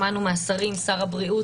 שמענו מהשרים שר הבריאות,